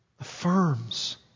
affirms